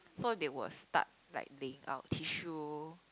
so they will start like laying out tissue